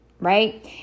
Right